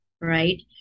Right